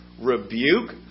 rebuke